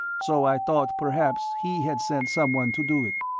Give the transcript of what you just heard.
so i thought perhaps he had sent someone to do it.